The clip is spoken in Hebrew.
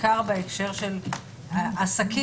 בעיקר בהקשר של עסקים,